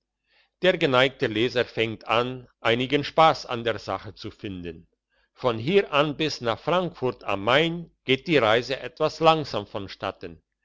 der geneigte leser fängt an einigen spass an der sache zu finden von hier an aber bis nach frankfurt am main geht die reise etwas langsam von